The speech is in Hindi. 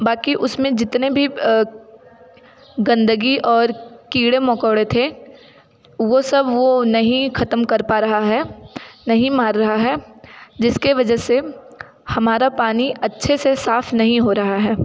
बाकि उसमें जितने भी गंदगी और कीड़े मकोड़े थे वो सब वो नहीं खत्म कर पा रहा है नहीं मार रहा है जिसके वजह से हमारा पानी अच्छे से साफ नहीं हो रहा है